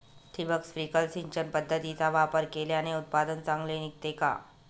ठिबक, स्प्रिंकल सिंचन पद्धतीचा वापर केल्याने उत्पादन चांगले निघते का?